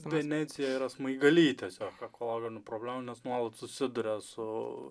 venecija yra smaigaly tiesiog ekologinių problemų nes nuolat susiduria su